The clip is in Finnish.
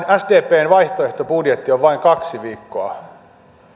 sdpn vaihtoehtobudjetti on vain kaksi viikkoa